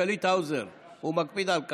תשאלי את האוזר, הוא מקפיד על כך.